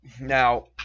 Now